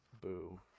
Boo